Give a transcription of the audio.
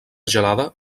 gelada